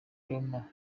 roma